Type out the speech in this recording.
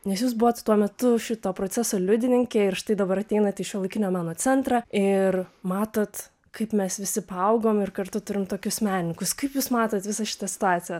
nes jūs buvot tuo metu šito proceso liudininkė ir štai dabar ateinat į šiuolaikinio meno centrą ir matot kaip mes visi paaugom ir kartu turim tokius menininkus kaip jūs matot visą šitą situaciją